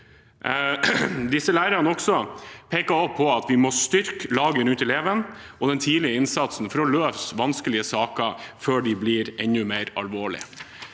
Disse lærerne peker også på at vi må styrke laget rundt eleven og den tidlige innsatsen for å løse vanskelige saker før de blir enda mer alvorlige.